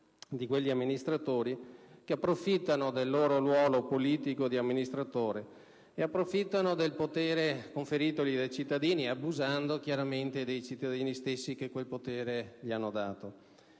di quegli amministratori che approfittano del loro ruolo di pubblico amministratore e approfittano del potere conferitogli dai cittadini, abusando chiaramente dei cittadini stessi che quel potere gli hanno